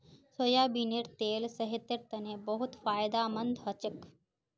सोयाबीनेर तेल सेहतेर तने बहुत फायदामंद हछेक